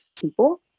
people